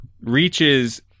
reaches